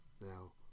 now